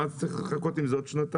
מה אתה צריך לחקות עם זה עוד שנתיים?